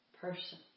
person